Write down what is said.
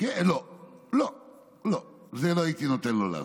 לא לא לא, את זה לא הייתי נותן לו לעשות.